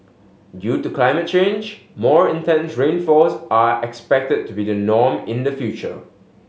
due to climate change more intense rainfalls are expected to be the norm in the future